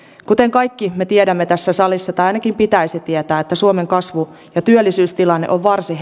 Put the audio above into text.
kuten kaikki me tiedämme tässä salissa tai ainakin pitäisi tietää suomen kasvu ja työllisyystilanne ovat varsin